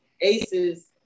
Aces